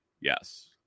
yes